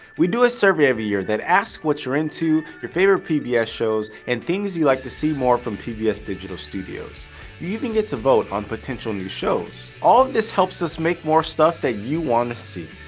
we do a survey every year that asks what you're into, your favorite pbs yeah shows, and things you would like to see more from pbs digital studios. you even get to vote on potential new shows. all of this helps us make more stuff that you want to see.